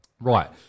right